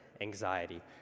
anxiety